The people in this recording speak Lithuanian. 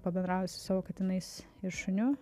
pabendrauju su savo katinais ir šuniu